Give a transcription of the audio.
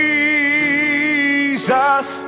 Jesus